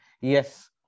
Yes